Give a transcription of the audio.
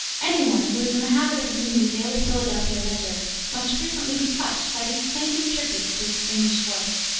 any one who is in the habit of reading the daily philadelphia ledger must frequently be touched by these plaintive tributes to extinguished worth.